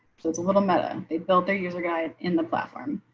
so it's a little meta they build their user guide in the platform.